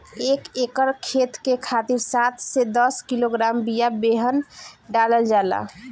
एक एकर खेत के खातिर सात से दस किलोग्राम बिया बेहन डालल जाला?